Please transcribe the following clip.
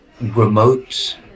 Remote